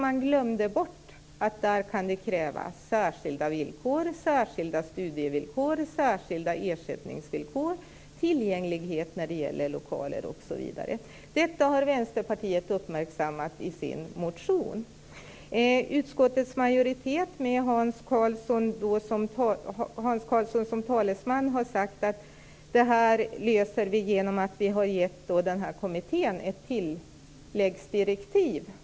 Man glömde bort att där krävdes särskilda studie och ersättningsvillkor, tillgänglighet i fråga om lokaler osv. Detta har Vänsterpartiet uppmärksammat i sin motion. Utskottets majoritet, med Hans Karlsson som talesman, har sagt att detta löses genom att kommittén har fått ett tilläggsdirektiv.